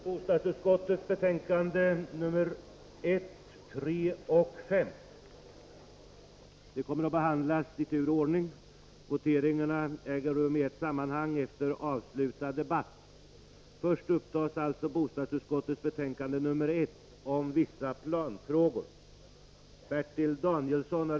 Bostadsutskottets betänkanden 1, 3 och 5 kommer att behandlas i tur och ordning. Voteringarna äger rum i ett sammanhang efter avslutad debatt. Först upptas alltså bostadsutskottets betänkande 1 om vissa planfrågor.